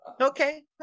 Okay